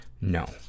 No